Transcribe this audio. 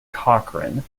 cochrane